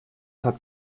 habt